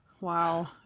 Wow